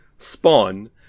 Spawn